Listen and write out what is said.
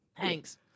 Thanks